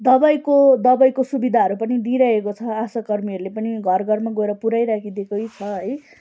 दबाईको दबाईको सुविधाहरू पनि दिइरहेको छ आशाकर्मीहरूले पनि घर घरमा गएर पुरै राखिदिएकै छ है